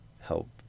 help